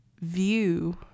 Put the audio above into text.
view